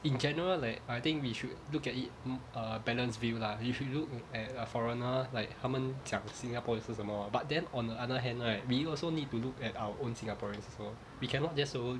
in general like I think we should look at it a balanced view lah if you look at a foreigner like 他们讲 singapore 也是什么 but then on the other hand right we also need to look at our own singaporeans as well we cannot just so~